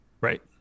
right